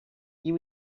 you